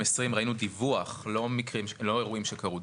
הצו רק על פלסטינים ולא על ישראלים.